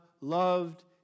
loved